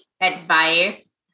advice